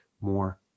more